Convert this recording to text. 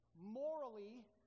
morally